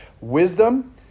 wisdom